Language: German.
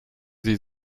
sie